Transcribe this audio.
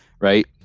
Right